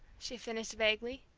she finished vaguely.